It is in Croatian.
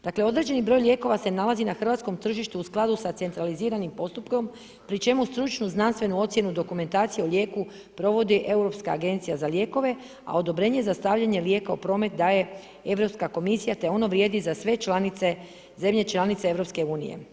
Dakle, određeni broj lijekova se nalazi na hrvatskom tržištu u skladu sa centraliziranim postupkom pri čemu stručnu znanstvenu ocjenu dokumentacije o lijeku provodi Europska agencija za lijekove a odobrenje za stavljanje lijeka u promet daje Europska komisija, te ono vrijedi za sve članice zemlje članice Europske unije.